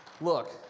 Look